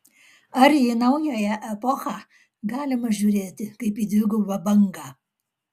ar į naująją epochą galima žiūrėti kaip į dvigubą bangą